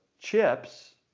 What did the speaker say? chips